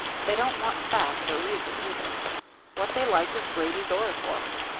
they don't want facts or reason either what they like is grady's oratory.